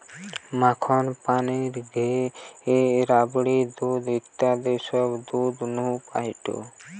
মাখন, পনির, ঘি, রাবড়ি, দুধ ইত্যাদি সব দুধের নু পায়েটে